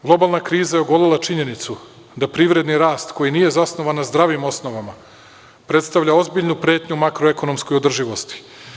Globalna kriza je ogolela činjenicu da privredni rast koji nije zasnovan na zdravim osnovama predstavlja ozbiljnu pretnju makroekonomskoj održivosti.